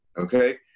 Okay